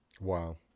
Wow